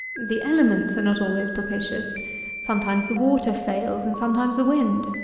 the elements are not always propitious sometimes the water fails, and sometimes the wind.